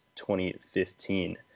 2015